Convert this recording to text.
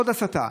עוד הסתה.